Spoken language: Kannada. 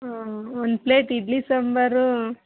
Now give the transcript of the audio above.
ಆಂ ಒಂದು ಪ್ಲೇಟ್ ಇಡ್ಲಿ ಸಾಂಬಾರು